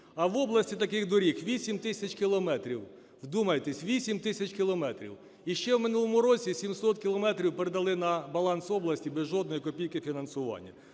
а в області таких доріг 8 тисяч кілометрів. Вдумайтесь, 8 тисяч кілометрів! І ще в минулому році 700 кілометрів передали на баланс області без жодної копійки фінансування.